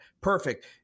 Perfect